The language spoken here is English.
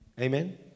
Amen